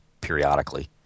periodically